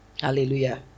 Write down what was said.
Hallelujah